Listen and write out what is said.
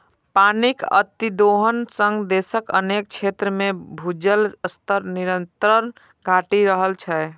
पानिक अतिदोहन सं देशक अनेक क्षेत्र मे भूजल स्तर निरंतर घटि रहल छै